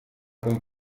con